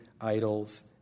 idols